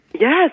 Yes